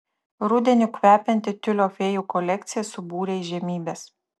rudeniu kvepianti tiulio fėjų kolekcija subūrė įžymybes